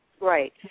right